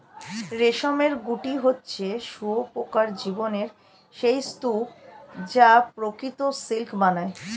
রেশমের গুটি হচ্ছে শুঁয়োপোকার জীবনের সেই স্তুপ যা প্রকৃত সিল্ক বানায়